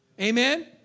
Amen